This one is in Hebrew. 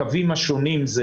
הקווים השונים: